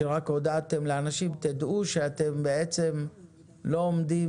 כשהודעתם לאנשים: תדעו שאתם בעצם לא עומדים